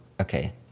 okay